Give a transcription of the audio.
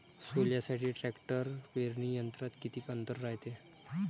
सोल्यासाठी ट्रॅक्टर पेरणी यंत्रात किती अंतर रायते?